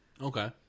Okay